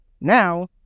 Now